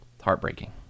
heartbreaking